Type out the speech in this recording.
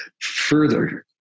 further